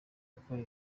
akora